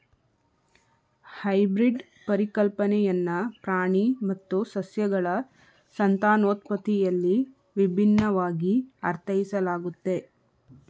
hybrid ಪರಿಕಲ್ಪನೆಯನ್ನ ಪ್ರಾಣಿ ಮತ್ತು ಸಸ್ಯಗಳ ಸಂತಾನೋತ್ಪತ್ತಿಯಲ್ಲಿ ವಿಭಿನ್ನವಾಗಿ ಅರ್ಥೈಸಲಾಗುತ್ತೆ